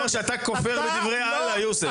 אתה אומר שאתה כופר לדברי אללה, יוסף.